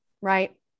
Right